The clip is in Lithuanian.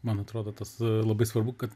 man atrodo tas labai svarbu kad